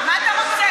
מה אתה רוצה?